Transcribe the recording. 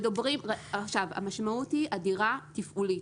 המשמעות היא אדירה תפעולית.